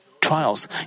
trials